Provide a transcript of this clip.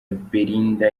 belinda